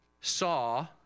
saw